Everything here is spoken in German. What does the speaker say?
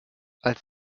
als